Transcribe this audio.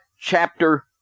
chapter